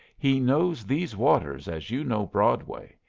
he knows these waters as you know broadway,